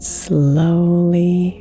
slowly